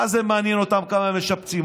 מה זה מעניין אותם בכמה משפצים?